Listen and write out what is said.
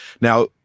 Now